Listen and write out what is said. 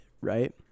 right